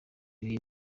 ibihe